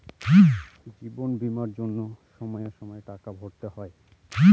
জীবন বীমার জন্য সময়ে সময়ে টাকা ভরতে হয়